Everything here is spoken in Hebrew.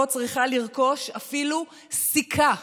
לא צריכה לרכוש אפילו סיכה